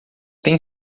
tem